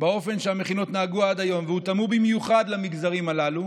באופן שהמכינות נהגו עד היום והותאמו במיוחד למגזרים הללו,